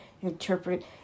interpret